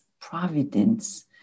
providence